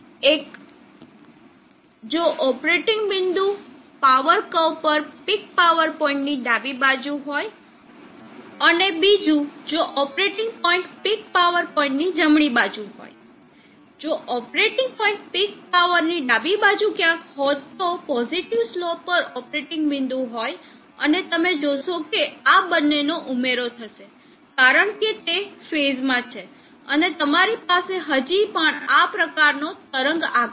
એક જો ઓપરેટિંગ બિંદુ પાવર કર્વ પર પીક પાવર પોઇન્ટની ડાબી બાજુ હોય અને બીજું જો ઓપરેટિંગ પોઇન્ટ પીક પાવર પોઇન્ટની જમણી બાજુ પર હોય જો ઓપરેટિંગ પોઇન્ટ પીક પાવરની ડાબી બાજુ ક્યાંય હોત તો પોઝિટીવ સ્લોપ પર ઓપરેટિંગ બિંદુ હોય અને તમે જોશો કે આ બંનેનો ઉમેરો થશે કારણ કે તે ફેઝમાં છે અને તમારી પાસે હજી પણ આ પ્રકારનો તરંગ આકાર છે